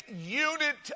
unit